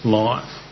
life